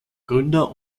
gründer